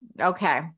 Okay